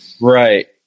Right